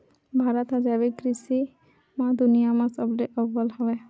भारत हा जैविक कृषि मा दुनिया मा सबले अव्वल हवे